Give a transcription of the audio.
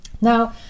now